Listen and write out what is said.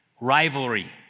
Rivalry